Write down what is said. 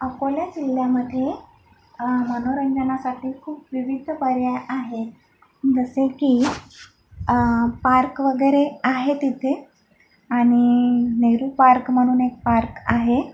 अकोला जिल्ह्यामध्ये मनोरंजनासाठी खूप विविध पर्याय आहे जसे की पार्क वगैरे आहे तिथे आणि नेहरू पार्क म्हणून एक पार्क आहे